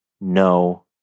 no